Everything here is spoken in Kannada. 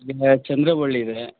ಇಲ್ಲೆ ಚಂದ್ರವಳ್ಳಿ ಇದೆ